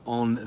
on